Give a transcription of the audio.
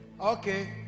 okay